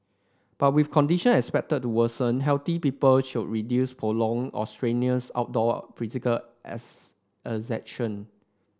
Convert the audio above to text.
but with condition expected to worsen healthy people should reduce prolonged or strenuous outdoor physical exertion